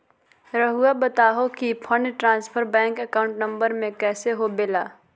रहुआ बताहो कि fund transfer bank account number में कैसे होबेला?